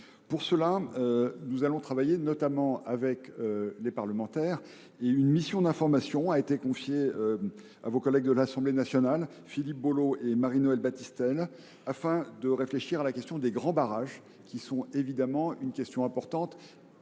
Pour cela, nous allons travailler notamment avec les parlementaires. Ainsi, une mission d’information a été confiée à vos collègues de l’Assemblée nationale Philippe Bolo et Marie Noëlle Battistel, afin de réfléchir à l’importante question des grands barrages. Vous savez que ceux ci sont